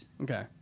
Okay